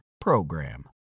PROGRAM